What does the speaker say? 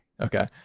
okay